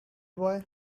boy